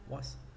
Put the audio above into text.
what's